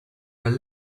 where